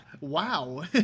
Wow